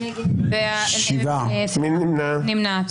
מי נמנע?